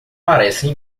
parecem